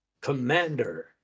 Commander